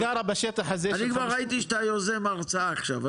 אני גם ראיתי שאתה יוזם הרצאה עכשיו,